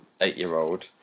eight-year-old